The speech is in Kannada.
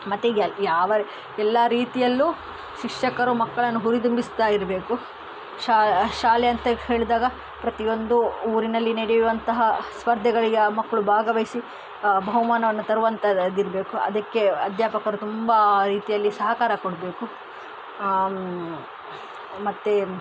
ಮತ್ತೆ ಯಾವ ಎಲ್ಲ ರೀತಿಯಲ್ಲೂ ಶಿಕ್ಷಕರು ಮಕ್ಕಳನ್ನು ಹುರಿದುಂಬಿಸ್ತಾಯಿರ್ಬೇಕು ಶಾಲೆ ಅಂತ ಹೇಳಿದಾಗ ಪ್ರತಿಯೊಂದು ಊರಿನಲ್ಲಿ ನೆಡೆಯುವಂತಹ ಸ್ಪರ್ಧೆಗಳಿಗೆ ಆ ಮಕ್ಕಳು ಭಾಗವಹಿಸಿ ಬಹುಮಾನವನ್ನು ತರುವಂಥದ್ದಿರ್ಬೇಕು ಅದಕ್ಕೆ ಅಧ್ಯಾಪಕರು ತುಂಬ ರೀತಿಯಲ್ಲಿ ಸಹಕಾರ ಕೊಡಬೇಕು ಮತ್ತೆ